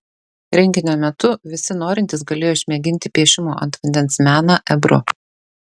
renginio metu visi norintys galėjo išmėginti piešimo ant vandens meną ebru